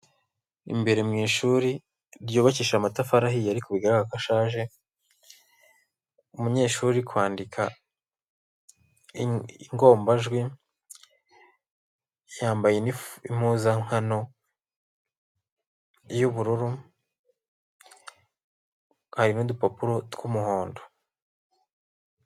Imbere mu ishuri ry'ubakishije amatafari ahiye ariko bigaragara ko ashaje. Umunyeshuri uri kwandika ingombajwi yambaye impuzankano y'ubururu. Hari n'udupapuro tw'umuhondo.